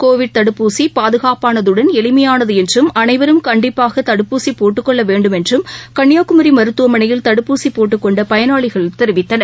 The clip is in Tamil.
கோவிட் தடுப்பூசி பாதுகாப்பானதுடன் எளிமையானது என்றும் அனைவரும் கண்டிப்பாக தடுப்பூசி போட்டுக்கொள்ள வேண்டும் என்றும் கன்னியாகுமரி மருத்துவமனையில் தடுப்பூசி போட்டுக்கொண்ட பயனாளிகள் தெரிவித்தனர்